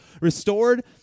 restored